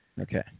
Okay